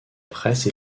presse